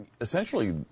essentially